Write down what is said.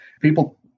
People